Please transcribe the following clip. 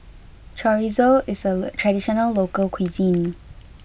Chorizo is a traditional local cuisine